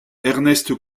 ernest